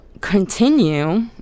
continue